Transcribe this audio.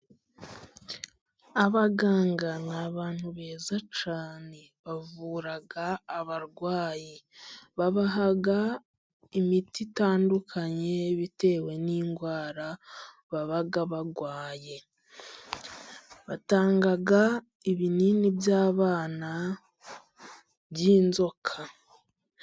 Abaganga ni abantu beza cyane bavura abarwayi, babaha imiti itandukanye bitewe n'indwara baba barwaye, batanga ibinini by'abana by'inzoka.